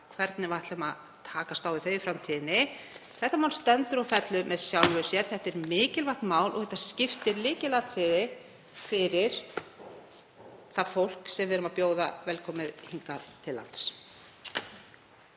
hvernig við ætlum að takast á við þau í framtíðinni. Þetta mál stendur og fellur með sjálfu sér. Þetta er mikilvægt mál og er lykilatriði fyrir það fólk sem við erum að bjóða velkomið hingað til lands.